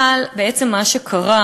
אבל בעצם מה שקרה,